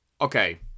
Okay